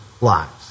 lives